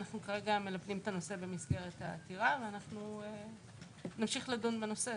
ואנחנו כרגע לומדים את הנושא במסגרת העתירה ואנחנו נמשיך לדון בנושא.